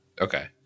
Okay